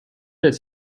its